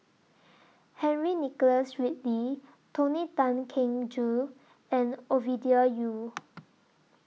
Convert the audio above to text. Henry Nicholas Ridley Tony Tan Keng Joo and Ovidia Yu